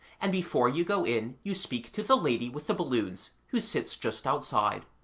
and before you go in you speak to the lady with the balloons, who sits just outside.